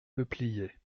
peupliers